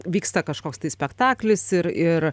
vyksta kažkoks tai spektaklis ir ir